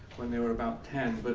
when they were about ten. but